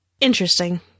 Interesting